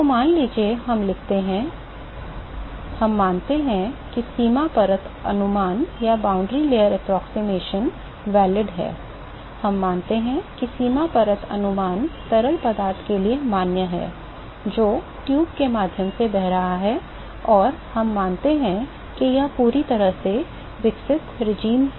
तो मान लीजिए हम लिखते हैं हम मानते हैं कि सीमा परत अनुमान मान्य हैं हम मानते हैं कि सीमा परत अनुमान तरल पदार्थ के लिए मान्य है जो ट्यूब के माध्यम से बह रहा है और हम मानते हैं कि यह पूरी तरह से विकसित शासन में है